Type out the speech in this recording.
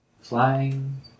flying